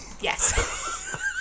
yes